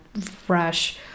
fresh